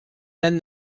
then